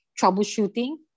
troubleshooting